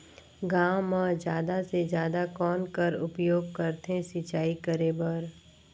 गांव म जादा से जादा कौन कर उपयोग करथे सिंचाई करे बर?